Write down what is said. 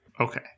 okay